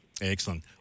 Excellent